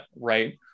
right